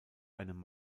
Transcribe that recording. einem